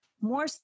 more